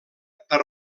per